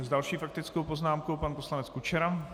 S další faktickou poznámkou pan poslanec Kučera.